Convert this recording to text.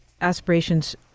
aspirations